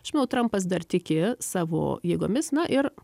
aš manau trampas dar tiki savo jėgomis na ir